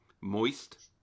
moist